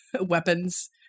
weapons